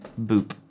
boop